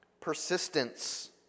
persistence